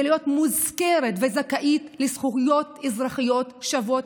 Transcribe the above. להיות מוזכרת וזכאית לזכויות אזרחיות שוות